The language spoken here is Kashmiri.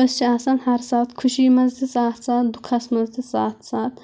أسۍ چھِ آسان ہر ساتھ خوشی منٛز تہِ ساتھ ساتھ دُکھَس منٛز تہِ ساتھ ساتھ